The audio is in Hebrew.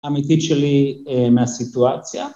אמיתי שלי מהסיטואציה